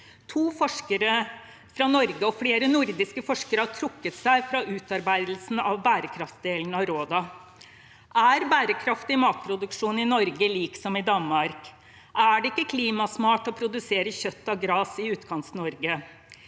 To forskere fra Norge og flere nordiske forskere har trukket seg fra utarbeidelsen av bærekraftsdelen av rådene. Er bærekraftig matproduksjon i Norge lik som i Danmark? Er det ikke klimasmart å produsere kjøtt av gress i Utkant-Norge?